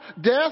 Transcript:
death